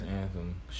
Anthem